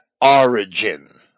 origin